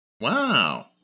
Wow